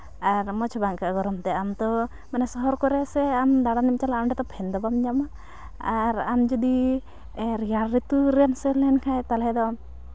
ᱟᱨ ᱢᱚᱡᱽ ᱵᱟᱝ ᱟᱹᱭᱠᱟᱹᱜᱼᱟ ᱜᱚᱨᱚᱢ ᱛᱮ ᱟᱢ ᱛᱚ ᱢᱟᱱᱮ ᱥᱚᱦᱚᱨ ᱠᱚᱨᱮ ᱥᱮ ᱟᱢ ᱫᱟᱬᱟᱱᱮᱢ ᱪᱟᱞᱟᱜᱼᱟ ᱚᱸᱰᱮ ᱛᱚ ᱯᱷᱮᱱ ᱫᱚ ᱵᱟᱢ ᱧᱟᱢᱟ ᱟᱨ ᱟᱢ ᱡᱩᱫᱤ ᱨᱮᱭᱟᱲ ᱨᱤᱛᱩ ᱮᱢ ᱥᱮᱱ ᱞᱮᱱ ᱠᱷᱟᱱ ᱛᱟᱦᱞᱮ ᱫᱚ